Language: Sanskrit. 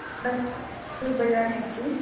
दशरूप्यकाणि अस्ति